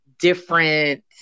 different